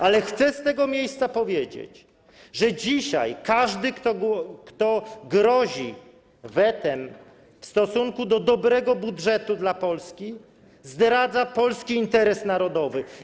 Ale chcę z tego miejsca powiedzieć, że dzisiaj każdy, kto grozi wetem w stosunku do dobrego budżetu dla Polski, zdradza polski interes narodowy.